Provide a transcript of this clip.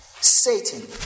Satan